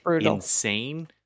insane